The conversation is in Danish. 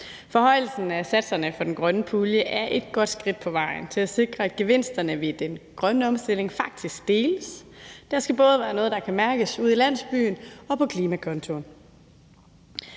Forhøjelsen af satserne for den grønne pulje er et godt skridt på vejen til at sikre, at gevinsterne ved den grønne omstilling faktisk deles. Det skal være noget, der både kan mærkes ude i landsbyen og på klimakontoen.